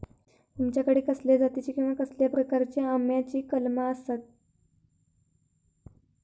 तुमच्याकडे कसल्या जातीची किवा कसल्या प्रकाराची आम्याची कलमा आसत?